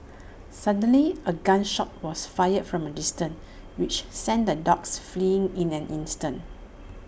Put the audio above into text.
suddenly A gun shot was fired from A distance which sent the dogs fleeing in an instant